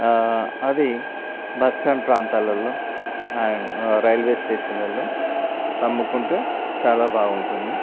అది bus stand ప్రాంతాలలో and railway స్టేషన్లలో స అమ్ముకుంటే ఉంటే చాలా బాగుంటుంది